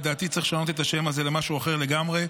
לדעתי צריך לשנות את השם הזה למשהו אחר לגמרי,